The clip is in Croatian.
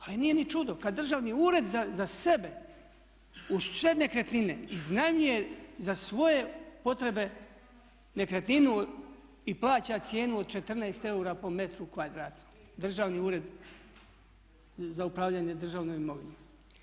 Ali nije ni čudo kad državni ured za sebe uz sve nekretnine iznajmljuje za svoje potrebe nekretninu i plaća cijenu od 14 eura po metru kvadratnom, Državni ured za upravljanje državnom imovinom.